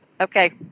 Okay